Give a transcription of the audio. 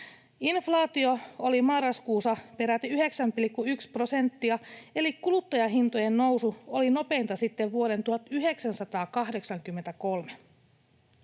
Inflaatio oli marraskuussa peräti 9,1 prosenttia, eli kuluttajahintojen nousu oli nopeinta sitten vuoden 1983.